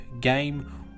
game